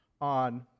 on